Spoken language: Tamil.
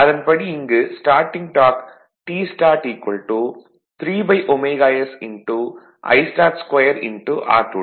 அதன்படி இங்கு starting torque Tstart 3ωs Istart2 r2